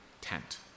tent